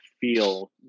feel